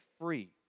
free